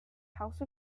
house